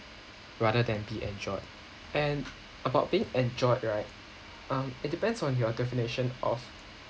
rather than be enjoyed and about being enjoyed right um it depends on your definition of